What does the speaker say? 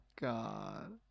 God